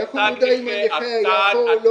איך הוא יודע עם הנכה היה בו או לא?